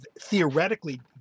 theoretically